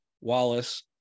Wallace